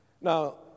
Now